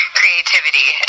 creativity